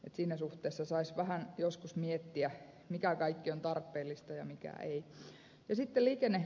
siinä suhteessa saisi vähän joskus miettiä mikä kaikki on tarpeellista ja mikä ei